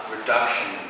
reduction